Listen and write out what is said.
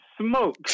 smoke